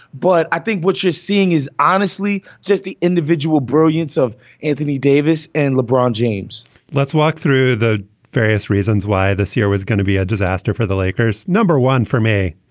but i think what you're seeing is honestly just the individual brilliance of anthony davis and lebron james let's walk through the various reasons why this here was going to be a disaster for the lakers. number one for me,